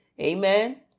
Amen